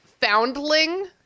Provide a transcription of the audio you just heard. foundling